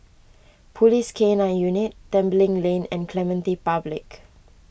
Police K nine Unit Tembeling Lane and Clementi Public